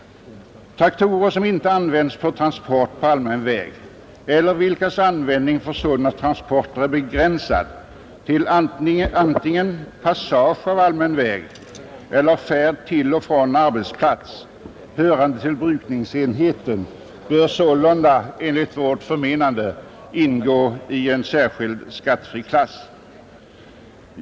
Traktorer som inte användes för transport på allmän väg eller vilkas användning för sådana transporter är begränsad till antingen passage av allmän väg eller färd till och från arbetsplats hörande till brukningsenheten bör sålunda enligt vårt förmenande ingå i en särskild skattefri klass.